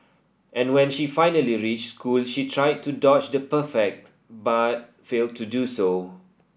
and when she finally reached school she tried to dodge the prefect but failed to do so